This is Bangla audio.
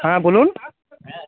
হ্যাঁ বলুন